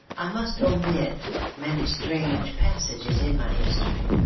i must omit many strange passages in my history.